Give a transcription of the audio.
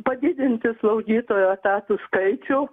padidinti slaugytojų etatų skaičių